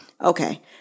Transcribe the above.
Okay